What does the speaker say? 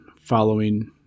following